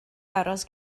aros